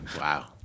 Wow